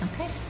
Okay